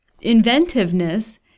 inventiveness